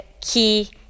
key